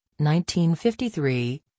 1953